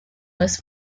was